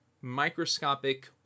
microscopic